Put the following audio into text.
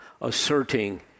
asserting